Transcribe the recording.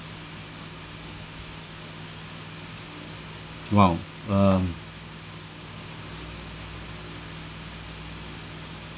!wow! um